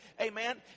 amen